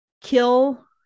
kill